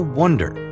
wonder